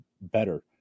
better